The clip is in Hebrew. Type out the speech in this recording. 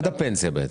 עד הפנסיה בעצם.